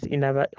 Inaba